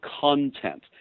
content